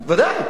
ודאי.